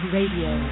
Radio